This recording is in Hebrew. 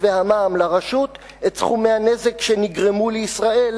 והמע"מ לרשות את סכומי הנזק שנגרמו לישראל,